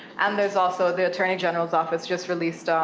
and there's also, the attorney general's office just released